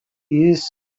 jis